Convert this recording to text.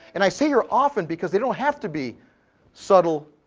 and i say here often, because they don't have to be subtle,